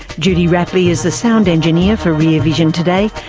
judy rapley is the sound engineer for rear vision today.